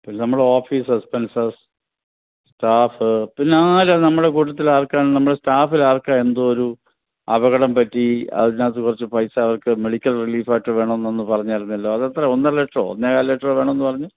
നമ്മുടെ office expenses staff പിന്നെ ആരാ നമ്മളെ കൂട്ടത്തിലാർക്കാണ് നമ്മളെ സ്റ്റാഫിലാർക്കാ എന്തോ ഒരു അപകടം പറ്റി അതിനകത്ത് കുറച്ച് പൈസ അവർക്ക് മെഡിക്കൽ റിലീഫ് ആയിട്ട് വേണമെന്ന് അന്ന് പറഞ്ഞായിരുന്നല്ലോ അത് എത്രയാണ് ഒന്നര ലക്ഷമോ ഒന്നേകാൽ ലക്ഷോ വേണമെന്ന് പറഞ്ഞു